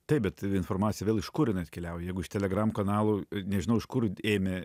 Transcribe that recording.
taip bet informacija vėl iš kur jinai atkeliauja jeigu iš telegram kanalų nežinau iš kur ėmė